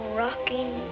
rocking